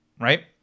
right